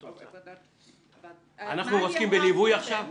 אנחנו עוסקים עכשיו בליווי?